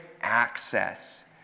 access